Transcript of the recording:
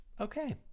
Okay